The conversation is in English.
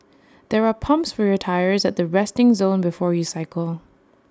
there are pumps for your tyres at the resting zone before you cycle